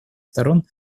сторон